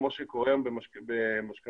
כמו שקורה היום במשכנתאות,